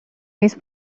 نیست